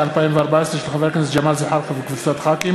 של חבר הכנסת ג'מאל זחאלקה וקבוצת חברי הכנסת,